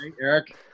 Eric